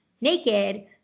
naked